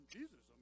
Jesus